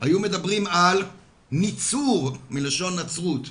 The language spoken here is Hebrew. היו מדברים על ניצור מלשון נצרות,